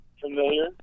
familiar